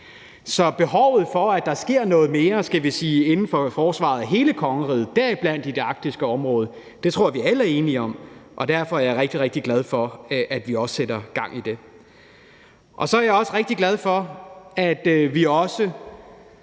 Så behovet for, at der sker noget mere, skal vi sige inden for forsvaret af hele kongeriget, deriblandt i det arktiske område, tror jeg vi alle er enige om, og derfor er jeg rigtig, rigtig glad for, at vi også sætter gang i det. Så er jeg også rigtig glad for, at vi gør,